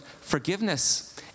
forgiveness